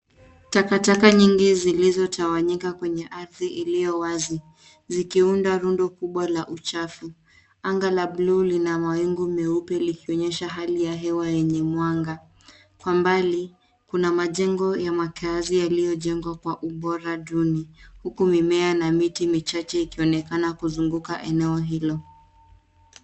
Takataka nyingi zilizotawanyika kwenye ardhi iliyo wazi, zikiunda rundo kubwa la uchafu. Anga la bluu lina mawingu meupe likionyesha hali ya hewa yenye mwanga. Kwa mbali, kuna majengo ya makaazi yaliyojengwa kwa ubora duni. Huku mimea na miti michache ikionekana kuzunguka eneo hilo.